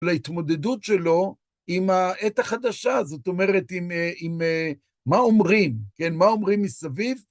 להתמודדות שלו עם העת החדשה, זאת אומרת, עם מה אומרים מסביב.